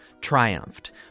triumphed